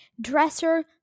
dresser